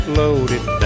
loaded